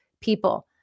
people